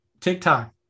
TikTok